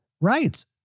Right